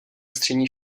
střední